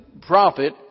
prophet